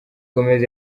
gomez